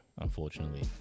unfortunately